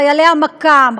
חיילי המקא"ם,